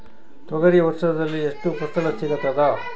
ತೊಗರಿ ವರ್ಷದಲ್ಲಿ ಎಷ್ಟು ಫಸಲ ಸಿಗತದ?